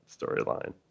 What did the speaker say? storyline